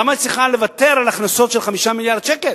למה היא צריכה לוותר על הכנסות של 5 מיליארד שקל?